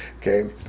okay